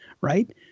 right